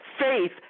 Faith